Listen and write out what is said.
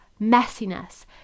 messiness